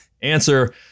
Answer